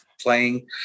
playing